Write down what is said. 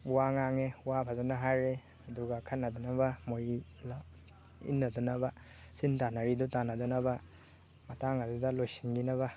ꯋꯥ ꯉꯥꯡꯉꯦ ꯋꯥ ꯐꯖꯅ ꯍꯥꯏꯔꯦ ꯑꯗꯨꯒ ꯈꯠꯅꯗꯅꯕ ꯃꯣꯏꯒꯤ ꯏꯟꯅꯗꯅꯕ ꯆꯤꯟ ꯇꯥꯟꯅꯔꯤꯗꯨ ꯇꯥꯟꯅꯗꯅꯕ ꯃꯇꯥꯡ ꯑꯗꯨꯗ ꯂꯣꯏꯁꯤꯟꯈꯤꯅꯕ